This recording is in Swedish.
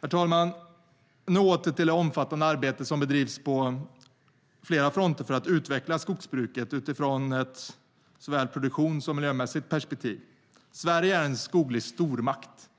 Herr talman! Nu åter till det omfattande arbete som bedrivs på flera fronter för att utveckla skogsbruket utifrån såväl ett produktions som ett miljömässigt perspektiv. Sverige är en skoglig stormakt.